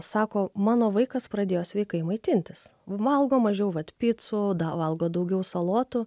sako mano vaikas pradėjo sveikai maitintis valgo mažiau vat picų da valgo daugiau salotų